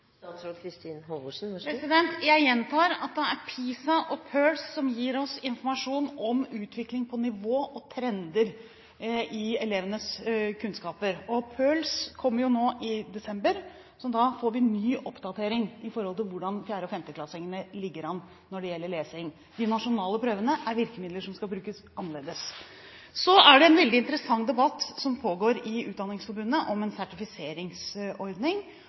Jeg gjentar at det er PISA og PIRLS som gir oss informasjon om utvikling på nivå og trender i elevenes kunnskaper, og PIRLS kommer jo nå i desember, så da får vi ny oppdatering av hvordan 4.- og 5.-klassingene ligger an når det gjelder lesing. De nasjonale prøvene er virkemidler som skal brukes annerledes. Så er det en veldig interessant debatt som pågår i Utdanningsforbundet om en sertifiseringsordning